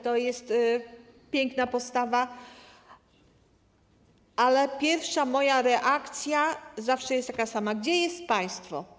To jest piękna postawa, ale moja pierwsza reakcja zawsze jest taka sama: Gdzie jest państwo?